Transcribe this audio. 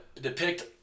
depict